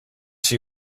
she